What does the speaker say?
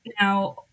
Now